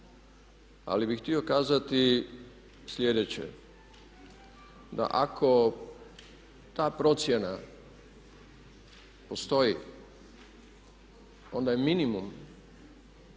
Ali bih htio kazati sljedeće, da ako ta procjena postoji onda je minimum